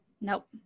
Nope